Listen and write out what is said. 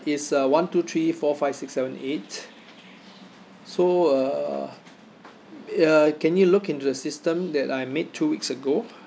is uh one two three four five six seven eight so uh uh can you look into the system that I made two weeks ago